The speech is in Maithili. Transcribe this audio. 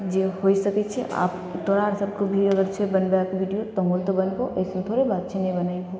जे होइ सकै छिए आब तोहरा सभके भी अगर छै बनबैके वीडिओ तऽ तोहूँ बनबहो अइसन थोड़े बात छै नहि बनैबहो